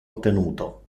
contenuto